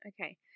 Okay